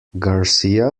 garcia